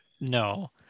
No